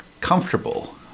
comfortable